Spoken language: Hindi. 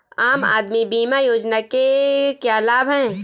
आम आदमी बीमा योजना के क्या लाभ हैं?